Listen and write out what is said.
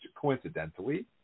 coincidentally